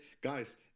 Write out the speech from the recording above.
guys